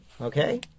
Okay